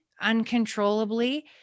uncontrollably